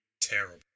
terrible